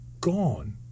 gone